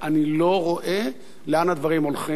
אני לא רואה לאן הדברים הולכים.